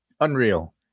Unreal